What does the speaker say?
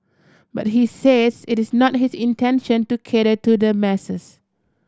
but he says it is not his intention to cater to the masses